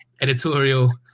editorial